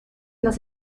los